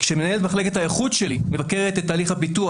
כשמנהל מחלקת האיכות שלי מבקר את תהליך הפיתוח,